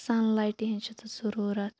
سَنلایٹہِ ہٕنٛز چھِ تَتھ ضروٗرَت